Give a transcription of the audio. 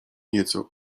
nieco